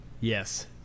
Yes